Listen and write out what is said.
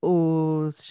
os